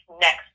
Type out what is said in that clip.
next